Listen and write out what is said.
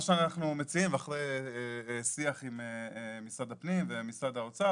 מה שאנחנו מציעים אחרי שיח עם משרד הפנים ומשרד האוצר,